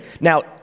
Now